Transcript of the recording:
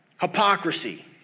Hypocrisy